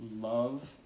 love